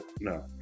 no